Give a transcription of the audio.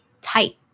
tight